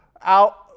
out